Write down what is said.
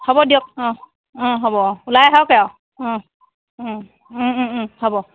হ'ব দিয়ক অ অ হ'ব অ ওলাই আহকেই আৰু হ'ব